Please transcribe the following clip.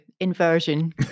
inversion